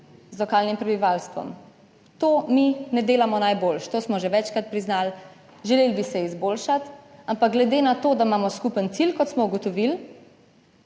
z lokalnim prebivalstvom; to mi ne delamo najboljše, to smo že večkrat priznali, želeli bi se izboljšati. Ampak glede na to, da imamo skupen cilj, kot smo ugotovili,